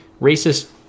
racist